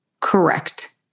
Correct